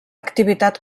activitat